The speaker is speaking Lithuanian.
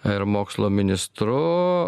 ir mokslo ministru